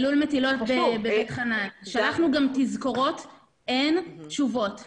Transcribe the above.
שלחנו תזכורות אבל אין תשובות,